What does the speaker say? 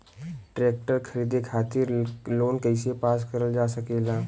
Tractor खरीदे खातीर loan कइसे पास करल जा सकेला?